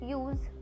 use